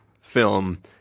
film